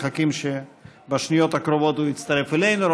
אנחנו מחכים שבשניות הקרובות הוא יצטרף אלינו.